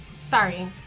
Sorry